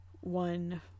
one